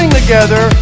together